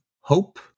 hope